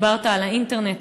דיברת על האינטרנט,